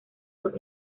los